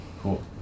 Cool